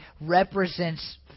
represents